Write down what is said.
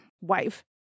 wife